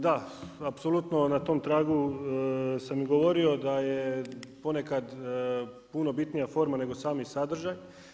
Da, apsolutno na tom tragu sam i govorio da je ponekad puno bitnija forma nego sami sadržaj.